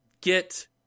Get